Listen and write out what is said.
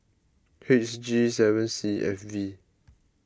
H G seven C F V